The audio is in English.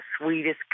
sweetest